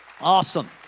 Awesome